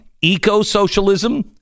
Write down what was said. eco-socialism